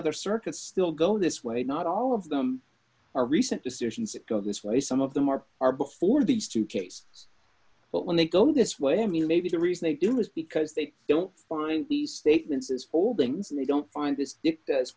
other circuits still go this way not all of them are recent decisions that go this way some of them are are before these two cases but when they go this way i mean maybe the reason they do is because they don't find these statements as foldings and they don't find this